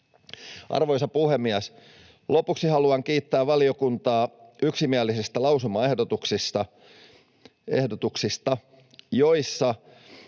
Arvoisa puhemies! Lopuksi haluan kiittää valiokuntaa yksimielisistä lausumaehdotuksista, joissa